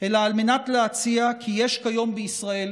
אלא על מנת להציע כי יש כיום בישראל